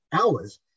hours